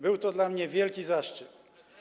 Był to dla mnie wielki zaszczyt.